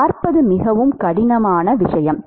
பார்ப்பது மிகவும் கடினமான விஷயம்